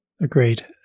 Agreed